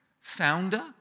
founder